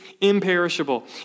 imperishable